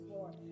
Lord